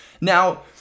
Now